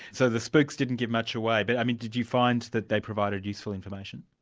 so the spooks didn't give much away. but i mean did you find that they provided useful information?